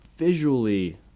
visually